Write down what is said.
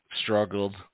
struggled